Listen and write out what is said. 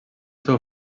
seu